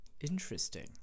Interesting